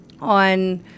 on